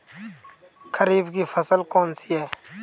खरीफ की फसल कौन सी है?